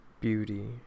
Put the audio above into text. beauty